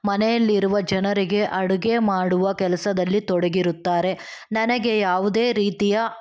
ಮನೆಯಲ್ಲಿರುವ ಜನರಿಗೆ ಅಡುಗೆ ಮಾಡುವ ಕೆಲಸದಲ್ಲಿ ತೊಡಗಿರುತ್ತಾರೆ ನನಗೆ ಯಾವುದೇ ರೀತಿಯ